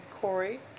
Corey